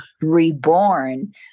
reborn